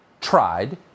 tried